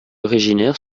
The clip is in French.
originaire